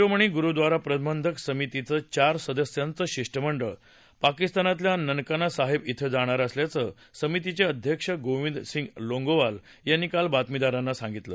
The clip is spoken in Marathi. शिरोमणी गुरुद्वारा प्रबंधक समितीचं चार सदस्यांचं शिष्टमंडळ पाकिस्तानातल्या ननकाना साहेब इथं जाणार असल्याचं समितीचे अध्यक्ष गोविंद सिंग लोंगोवाल यांनी काल बातमीदारांना सांगितलं